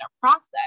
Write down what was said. process